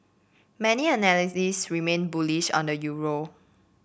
many analysts remain bullish on the euro